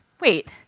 wait